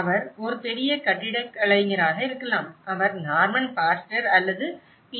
அவர் ஒரு பெரிய கட்டிடக் கலைஞராக இருக்கலாம் அவர் நார்மன் ஃபாஸ்டர் அல்லது பி